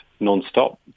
nonstop